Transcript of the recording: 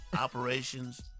Operations